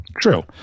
True